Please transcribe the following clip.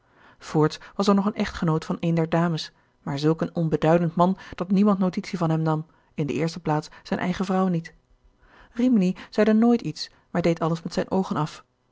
voorts was er nog een echtgenoot van een der dames maar zulk een onbeduidend man dat niemand notitie van hem nam in de eerste plaats zijne eigene vrouw niet rimini zeide nooit iets maar deed alles met zijn oogen af